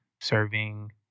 serving